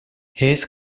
his